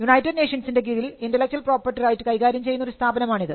United നേഷൻസിൻറെ കീഴിൽ intellectual property right കൈകാര്യംചെയ്യുന്ന സ്ഥാപനമാണിത്